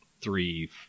three